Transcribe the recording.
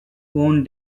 own